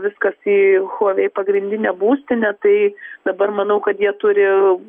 viskas į huawei pagrindinę būstinę tai dabar manau kad jie turi